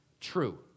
true